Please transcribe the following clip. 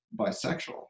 bisexual